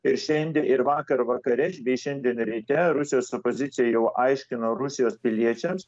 ir šiandie ir vakar vakare bei šiandien ryte rusijos opozicija jau aiškino rusijos piliečiams